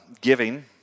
giving